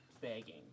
begging